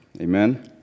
amen